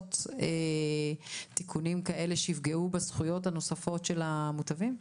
לעשות תיקונים שיפגעו בזכויות הנוספות של המוטבים?